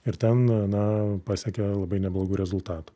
ir ten na pasiekia labai neblogų rezultatų